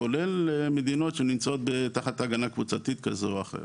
כולל מדינות שנמצאות תחת הגנה קבוצתית כזו או אחרת.